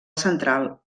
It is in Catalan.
central